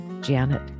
Janet